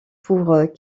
pour